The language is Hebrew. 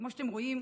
כמו שאתם רואים,